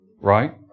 Right